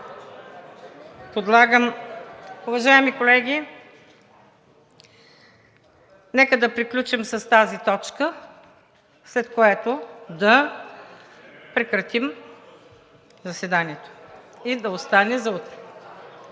Цонев. Уважаеми колеги, нека да приключим с тази точка, след което да прекратим заседанието и да остане за утре,